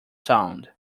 sound